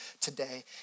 today